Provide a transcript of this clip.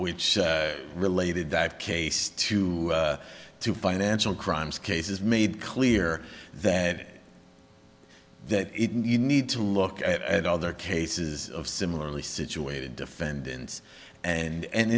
which related that case to two financial crimes cases made clear that that you need to look at other cases of similarly situated defendants and